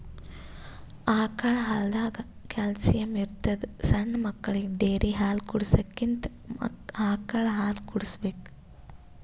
ಆಕಳ್ ಹಾಲ್ದಾಗ್ ಕ್ಯಾಲ್ಸಿಯಂ ಇರ್ತದ್ ಸಣ್ಣ್ ಮಕ್ಕಳಿಗ ಡೇರಿ ಹಾಲ್ ಕುಡ್ಸಕ್ಕಿಂತ ಆಕಳ್ ಹಾಲ್ ಕುಡ್ಸ್ಬೇಕ್